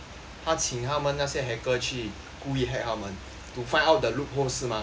他请他们那些 hacker 去故意 hack 他们 to find out the loophole 是吗